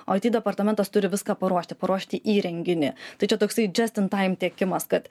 o departamentas turi viską paruošti paruošti įrenginį tai čia toksai džest in taim tiekimas kad